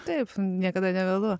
taip niekada nevėlu